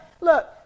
look